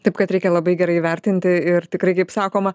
taip kad reikia labai gerai įvertinti ir tikrai kaip sakoma